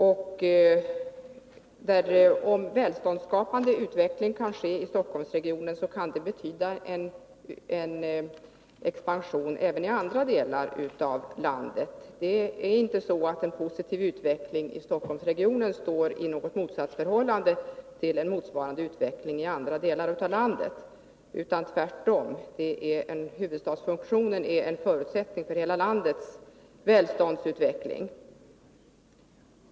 Om en välståndsskapande utveckling kan ske i Stockholmsregionen, kan det betyda expansion även i andra delar av landet. Det är inte så att en positiv utveckling i Stockholmsregionen på något sätt skulle stå i motsatsförhållande till en motsvarande utveckling i andra delar av landet, tvärtom. Huvudstadsfunktionen är en förutsättning för hela landets välståndsutveckling.